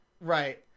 Right